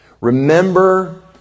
Remember